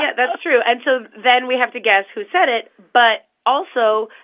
yeah that's true. and so then we have to guess who said it. but also,